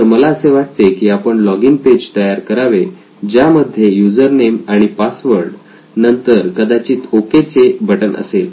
तर मला असे वाटते की आपण लॉगिन पेज तयार करावे ज्यामध्ये युजरनेम आणि पासवर्ड नंतर कदाचित ओके चे बटन असेल